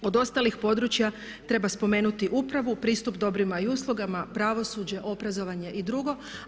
Od ostalih područja treba spomenuti upravu, pristup dobrima i uslugama, pravosuđe, obrazovanje i drugo.